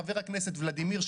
חבר הכנסת ולדימיר,